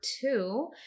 two